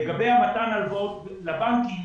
לגבי מתן הלוואות לבנקים.